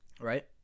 Right